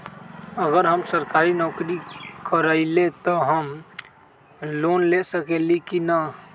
अगर हम सरकारी नौकरी करईले त हम लोन ले सकेली की न?